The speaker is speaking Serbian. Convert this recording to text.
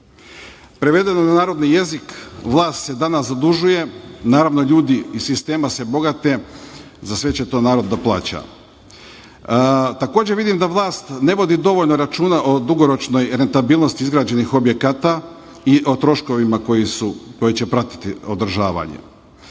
Prevedeno na narodni jezik, vlast se danas zadužuje, naravno, ljudi iz sistema se bogate, za sve će to narod da plaća. Takođe vidim da vlast ne vodi dovoljno računa o dugoročnoj rentabilnosti izgrađenih objekata i o troškovima koji će pratiti održavanje.